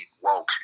woke